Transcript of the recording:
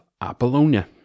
Apollonia